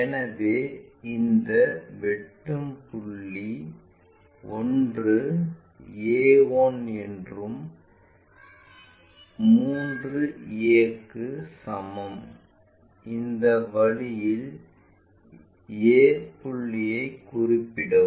எனவே இந்த வெட்டும் புள்ளி 1 a1 என்பது 3a க்கு சமம் இந்த வழியில் a புள்ளியை குறிப்பிடவும்